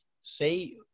say